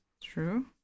True